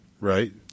Right